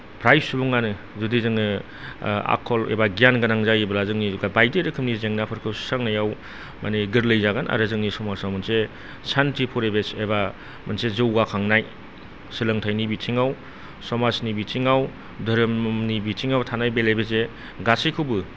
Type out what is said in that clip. फ्राय सुबुङानो जुदि जोङो आखल एबा गियान गोनां जायोब्ला जोंनि बायदि रोखोमनि जेंनाफोरखौ सुस्रांनायाव माने गोरलै जागोन आरो जोंनि समाजाव मोनसे सान्थि परिबेस एबा मोनसे जौगाखांनाय सोलोंथायनि बिथिङाव समाजनि बिथिङाव धोरोमनि बिथिङाव थानाय बेलेबेजे गासैखौबो